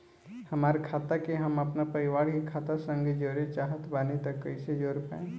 हमार खाता के हम अपना परिवार के खाता संगे जोड़े चाहत बानी त कईसे जोड़ पाएम?